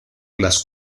las